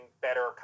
better